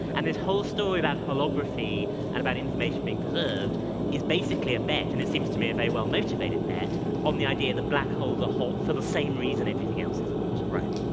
and this whole story about holography and about information being preserved is basically a bet, and it seems to me a very well-motivated bet on the idea that black holes are hot for the same reason everything else is hot. right.